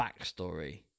backstory